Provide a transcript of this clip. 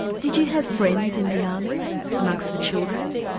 did you have friends in the army amongst the children,